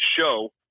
show